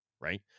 right